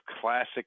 classic